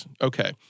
Okay